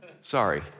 Sorry